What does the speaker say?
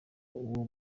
uwo